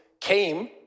came